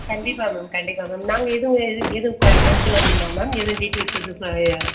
கண்டிப்பாக மேம் கண்டிப்பாக மேம் நாங்கள் எதுவும் எதுவும் கொண்டு வரணுமா மேம் எதுவும் டீடைல்ஸ் எதுவும் இப்போ